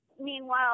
meanwhile